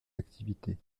activités